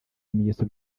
ibimenyetso